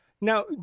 Now